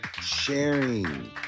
sharing